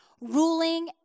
ruling